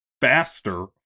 faster